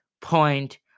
point